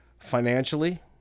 financially